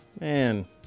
Man